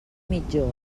mitjó